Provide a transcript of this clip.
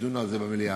שידונו על זה במליאה.